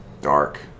Dark